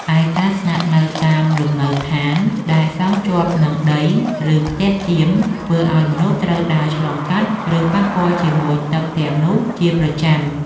ឯការស្នាក់នៅតាមលំនៅដ្ឋានដែលសង់ជាប់នឹងដី ឬផ្ទះតៀម ធ្វើឱ្យមនុស្សត្រូវដើរឆ្លងកាត់ ឬប៉ះពាល់ជាមួយទឹកទាំងនោះជាប្រចាំ។